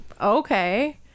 okay